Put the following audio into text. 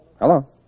Hello